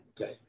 okay